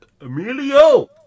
Emilio